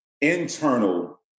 internal